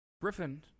Griffin